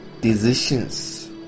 decisions